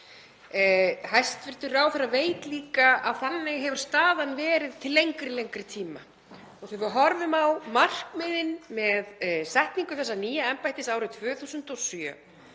Hæstv. ráðherra veit líka að þannig hefur staðan verið til lengri tíma. Þegar við horfum á markmiðin með setningu þessa nýja embættis árið 2007